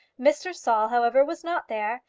mr. saul, however, was not there,